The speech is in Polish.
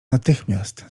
natychmiast